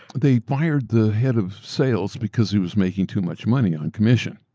they fired the head of sales because he was making too much money on commission.